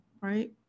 right